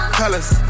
colors